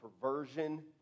perversion